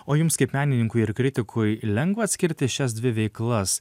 o jums kaip menininkui ir kritikui lengva atskirti šias dvi veiklas